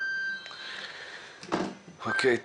אוקיי.